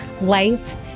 life